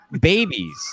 babies